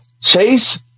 Chase